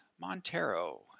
Montero